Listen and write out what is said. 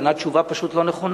ענה תשובה פשוט לא נכונה,